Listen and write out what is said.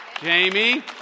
Jamie